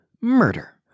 murder